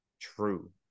True